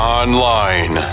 online